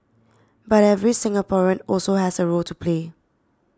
but every Singaporean also has a role to play